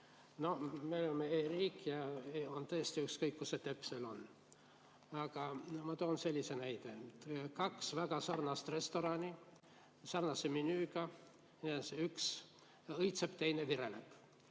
Me oleme e-riik ja on tõesti ükskõik, kus see stepsel on. Aga ma toon sellise näite. Kaks väga sarnast restorani sarnase menüüga, üks õitseb, teine vireleb.